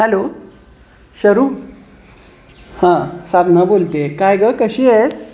hello शरू हां साधना बोलते आहे काय ग कशी आहेस